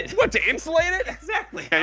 what to insulate it? exactly.